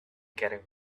getting